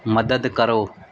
ਮਦਦ ਕਰੋ